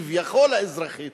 כביכול האזרחית